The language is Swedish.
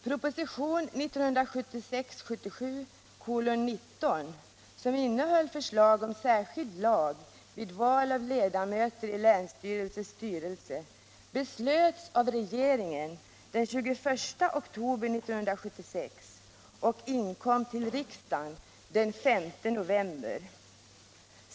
Proposition 1976/77:19, som innehöll förslag om särskild lag vid val av ledamöter i länsstyrelses styrelse, beslöts av regeringen den 21 oktober 1976 och inkom till riksdagen den 5 november.